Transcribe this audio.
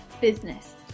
business